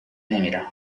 نمیرم